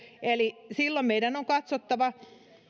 eli silloin meidän on katsottava